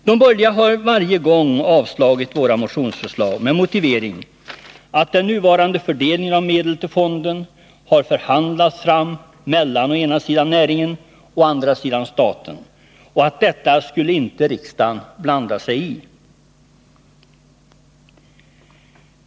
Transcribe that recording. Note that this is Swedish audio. De borgerliga har varje gång avslagit våra motionsförslag med motiveringen att den nuvarande fördelningen av medel till fonden har förhandlats fram av å ena sidan näringen och å andra sidan staten samt att riksdagen inte skulle blanda sig i detta.